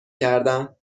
کردن